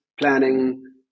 planning